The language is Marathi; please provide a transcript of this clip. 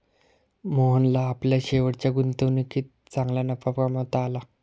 मोहनला आपल्या शेवटच्या गुंतवणुकीत चांगला नफा कमावता आला